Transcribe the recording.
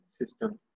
system